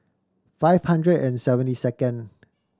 five hundred and seventy second